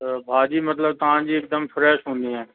त भाॼी मतिलबु तव्हांजी इकदमि फ़्रैश हूंदी आहे